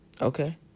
Okay